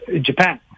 Japan